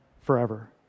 forever